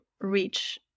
reach